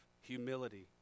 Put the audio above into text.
humility